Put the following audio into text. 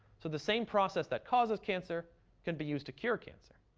so the same process that causes cancer can be used to cure cancer,